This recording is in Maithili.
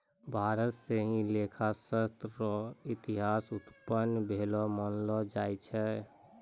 भारत स ही लेखा शास्त्र र इतिहास उत्पन्न भेलो मानलो जाय छै